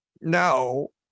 No